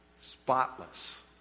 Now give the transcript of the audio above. spotless